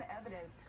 evidence